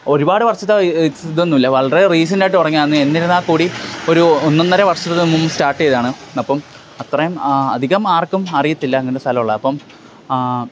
ഒരുപാട് വർഷത്തെ ഇ ഇതൊന്നുമല്ല വളരെ റീസെൻ്റ് ആയിട്ട് തുടങ്ങിയതാണ് എന്നിരുന്നാൽ കൂടി ഒരു ഒന്നൊന്നര വര്ഷത്തിനുമും സ്റ്റാർട്ട് ചെയ്തതാണ് അപ്പോള് അത്രയും അധികം ആർക്കും അറിയത്തില്ല ഇങ്ങനെ ഒരു സ്ഥലമുള്ളത് അപ്പോള് ആ